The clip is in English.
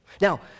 Now